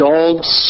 Dogs